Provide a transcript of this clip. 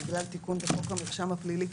בגלל תיקון בחוק המרשם הפלילי,